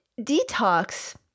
detox